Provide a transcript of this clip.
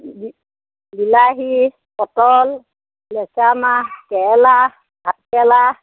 বিলাহী পটল লেচেৰামাহ কেৰেলা ভাতকেৰেলা